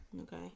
Okay